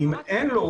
אם אין לו,